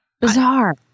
bizarre